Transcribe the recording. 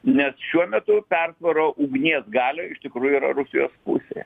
nes šiuo metu persvara ugnies galioj iš tikrųjų yra rusijos pusėj